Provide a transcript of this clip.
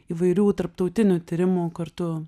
įvairių tarptautinių tyrimų kartu